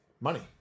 Money